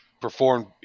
performed